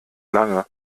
lange